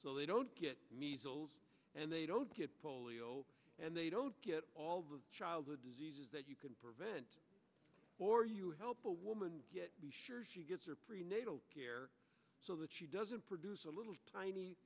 so they don't get measles and they don't get polio and they don't get all the childhood diseases that you can prevent or you help a woman get sure she gets her prenatal care so that she doesn't produce a little tiny